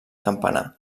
campanar